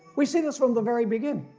we see this from the very beginning.